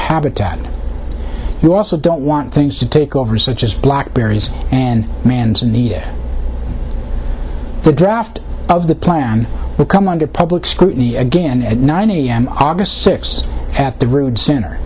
habitat you also don't want things to take over such as blackberries and manzanita the draft of the plan will come under public scrutiny again at nine a m august sixth at the rude center